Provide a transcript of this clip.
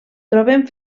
trobem